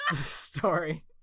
story